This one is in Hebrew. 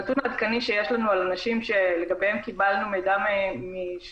הנתון העדכני שיש לנו על אנשים שלגביהם קיבלנו מידע מהשב"כ